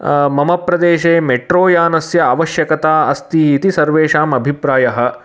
मम प्रदेशे मेट्रो यानस्य आवश्यकता अस्ति इति सर्वेषाम् अभिप्रायः